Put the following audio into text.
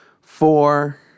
four